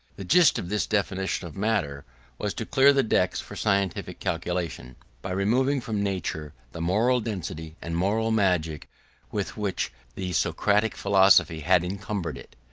the gist of this definition of matter was to clear the decks for scientific calculation, by removing from nature the moral density and moral magic with which the socratic philosophy had encumbered it.